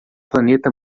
planeta